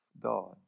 God